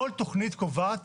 כל תוכנית קובעת